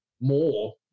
more